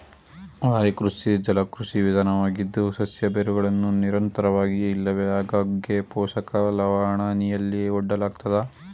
ವಾಯುಕೃಷಿ ಜಲಕೃಷಿ ವಿಧಾನವಾಗಿದ್ದು ಸಸ್ಯ ಬೇರುಗಳನ್ನು ನಿರಂತರವಾಗಿ ಇಲ್ಲವೆ ಆಗಾಗ್ಗೆ ಪೋಷಕ ಲವಣಹನಿಯಲ್ಲಿ ಒಡ್ಡಲಾಗ್ತದೆ